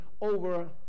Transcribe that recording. over